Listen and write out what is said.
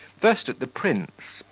first the prince,